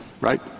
Right